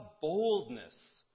boldness